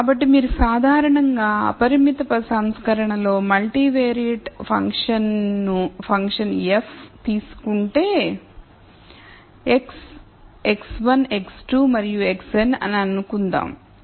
కాబట్టి మీరు సాధారణంగా అపరిమిత సంస్కరణలో మల్టీవిరియట్ ఫంక్షన్ f తీసుకుంటే x x1 x2 మరియు xn అని అనుకుందాం